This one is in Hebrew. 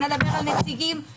נדבר על הנציגים